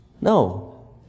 No